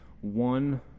one